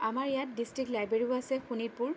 আমাৰ ইয়াত ডিষ্ট্ৰিক্ট লাইব্ৰেৰীও আছে শোণিতপুৰ